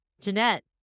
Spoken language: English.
Jeanette